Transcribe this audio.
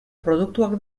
produktuak